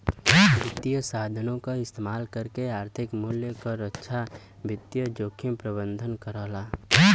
वित्तीय साधनों क इस्तेमाल करके आर्थिक मूल्य क रक्षा वित्तीय जोखिम प्रबंधन करला